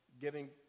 giving